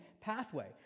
pathway